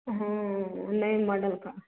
नए मॉडेल का